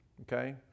Okay